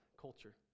culture